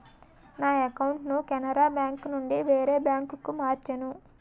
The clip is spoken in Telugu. నా అకౌంటును కెనరా బేంకునుండి వేరే బాంకుకు మార్చేను